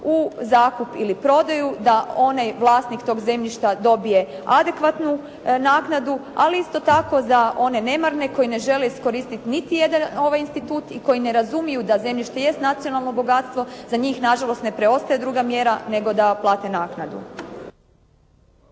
u zakup ili prodaju, da onaj vlasnik tog zemljišta dobije adekvatnu naknadu, ali isto tako za one nemarne koji ne žele iskoristiti niti jedan ovaj institut i koji ne razumiju da zemljište jest nacionalno bogatstvo za njih na žalost ne preostaje druga mjera nego a plate naknadu.